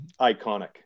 Iconic